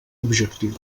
objectius